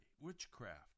witchcraft